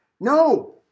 No